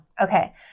Okay